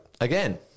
again